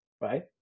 right